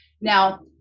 Now